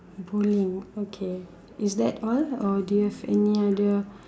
bowling okay is that all or do you have any other